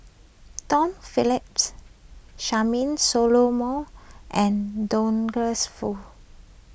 Tom Phillips Charmaine Solomon and Douglas Foo